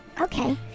Okay